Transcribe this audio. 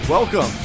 Welcome